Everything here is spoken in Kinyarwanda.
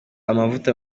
amavuta